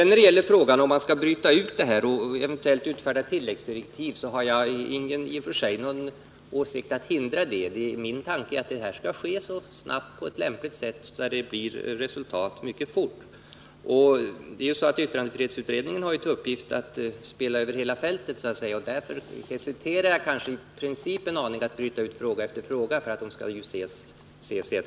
När det gäller förslaget att man skall bryta ut denna fråga och eventuellt utfärda tilläggsdirektiv, har jag inte i och för sig åsikten att man skall hindra det. Min tanke är att detta arbete skall ske på ett lämpligt sätt och så att det blir resultat mycket fort. Yttrandefrihetsutredningen har till uppgift att så att säga spela över hela fältet. Därför hesiterar jag i princip en aning inför att bryta ut fråga efter fråga — man skall ju se sambandet.